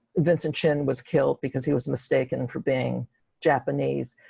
vincent chin was killed because he was mistaken for being japanese,